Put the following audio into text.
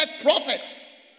prophets